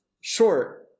Sure